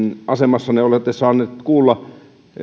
asemassanne olette saanut kuulla